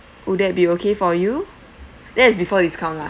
would that be okay for you that is before discount lah